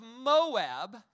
Moab